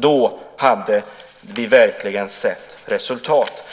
Då hade vi verkligen sett resultat